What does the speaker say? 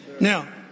Now